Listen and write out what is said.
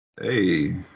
Hey